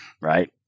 right